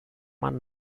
man